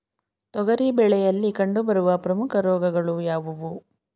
ತೊಗರಿ ಬೆಳೆಯಲ್ಲಿ ಕಂಡುಬರುವ ಪ್ರಮುಖ ರೋಗಗಳು ಯಾವುವು?